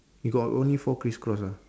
you got only four criss cross ah